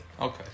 Okay